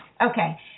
okay